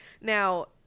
Now